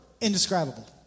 indescribable